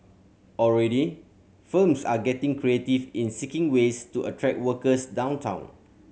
already firms are getting creative in seeking ways to attract workers downtown